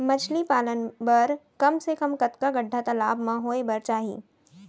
मछली पालन बर कम से कम कतका गड्डा तालाब म होये बर चाही?